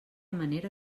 manera